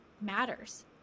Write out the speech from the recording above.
matters